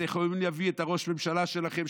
אתם יכולים להביא את ראש הממשלה שלכם,